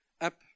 up